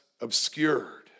obscured